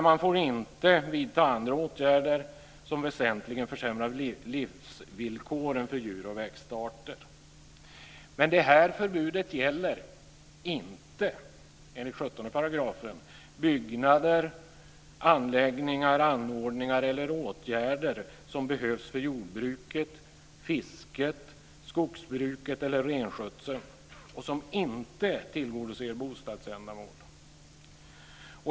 Man får inte vidta andra åtgärder som väsentligen försämrar livsvillkoren för djur och växtarter. Det här förbudet gäller inte enligt 17 § byggnader, anläggningar, anordningar eller åtgärder som behövs för jordbruket, fisket, skogsbruket eller renskötseln och som inte tillgodoser bostadsändamål.